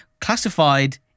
classified